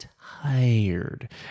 tired